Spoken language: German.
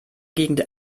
gegend